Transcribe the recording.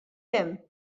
demm